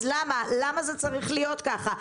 אז למה, למה זה צריך להיות ככה?